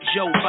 Joe